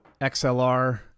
XLR